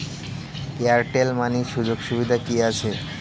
Airtel money সুযোগ সুবিধা কি আছে?